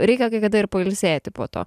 reikia kai kada ir pailsėti po to